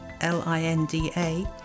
L-I-N-D-A